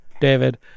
David